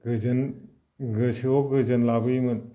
गोसोआव गोजोन लाबोयोमोन